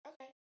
Okay